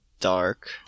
dark